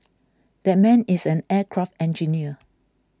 that man is an aircraft engineer